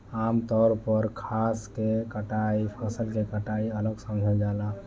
आमतौर पर घास के कटाई फसल के कटाई अलग समझल जाला